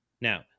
Now